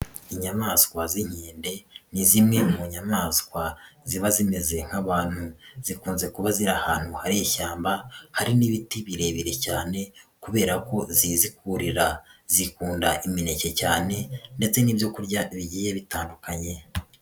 Inyamaswa z'inkende, ni zimwe mu nyamaswa ziba zimeze nk'abantu, zikunze kuba ziri ahantu hari ishyamba, hari n'ibiti birebire cyane kubera ko zizi kurira, zikunda imineke cyane ndetse n'ibyo kurya bigiye bitandukanye.